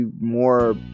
more